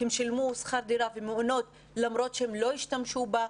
הם שילמו שכר דירה ומעונות למרות שהם לא השתמשו בה.